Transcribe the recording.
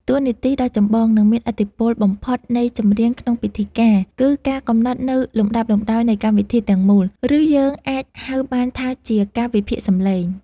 តួនាទីដ៏ចម្បង និងមានឥទ្ធិពលបំផុតនៃចម្រៀងក្នុងពិធីការ គឺការកំណត់នូវលំដាប់លំដោយនៃកម្មវិធីទាំងមូល ឬយើងអាចហៅបានថាជា «កាលវិភាគសម្លេង»។